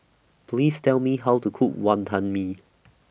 Please Tell Me How to Cook Wonton Mee